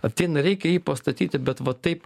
ateina reikia jį pastatyti bet va taip